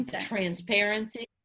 transparency